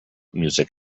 music